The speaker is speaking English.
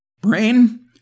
Brain